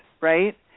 right